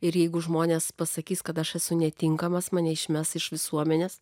ir jeigu žmonės pasakys kad aš esu netinkamas mane išmes iš visuomenės